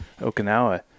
Okinawa